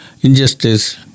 injustice